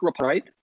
right